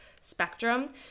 spectrum